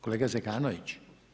Kolega Zekanović.